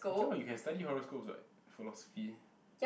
okay what you can study horoscopes what philosophy